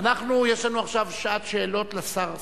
יש לנו עכשיו שעת שאלות לשר שמחון.